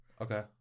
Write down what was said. Okay